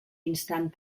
instant